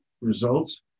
results